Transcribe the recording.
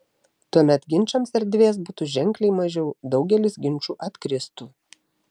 tuomet ginčams erdvės būtų ženkliai mažiau daugelis ginčų atkristų